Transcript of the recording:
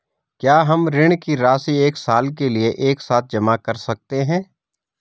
क्या हम ऋण की राशि एक साल के लिए एक साथ जमा कर सकते हैं?